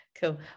Cool